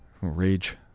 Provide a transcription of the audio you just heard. Rage